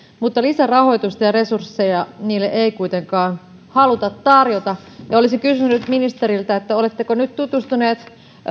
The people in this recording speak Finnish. mutta lisärahoitusta ja resursseja niille ei kuitenkaan haluta tarjota olisin kysynyt ministeriltä oletteko nyt tutustunut